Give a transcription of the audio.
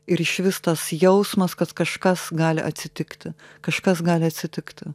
ir išvis tas jausmas kad kažkas gali atsitikti kažkas gali atsitikti